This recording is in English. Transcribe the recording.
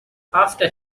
after